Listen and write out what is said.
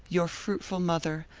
your fruitful mother,